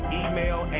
email